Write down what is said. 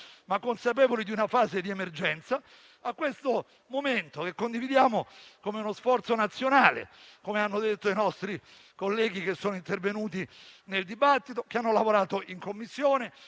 ma consapevoli di una fase di emergenza - a questo momento che condividiamo come uno sforzo nazionale, come hanno detto i nostri colleghi che sono intervenuti nel dibattito, che hanno lavorato in Commissione,